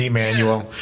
manual